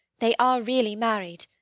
they are really married.